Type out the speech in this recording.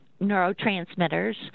neurotransmitters